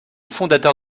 fondateur